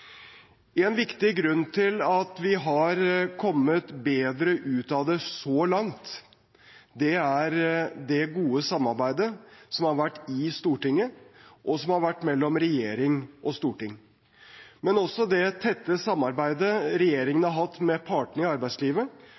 En viktig grunn til at vi har kommet bedre ut av det så langt, er det gode samarbeidet som har vært i Stortinget, og som har vært mellom regjering og storting. Men også det tette samarbeidet regjeringen har hatt med partene i arbeidslivet,